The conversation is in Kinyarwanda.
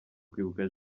kwibuka